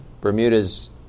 Bermuda's